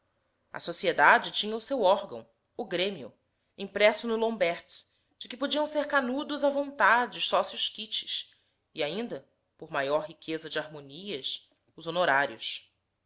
a sociedade tinha o seu órgão o grêmio impresso no lombaerts de que podiam ser canudos à vontade os sócios quites e ainda por maior riqueza de harmonias os honorários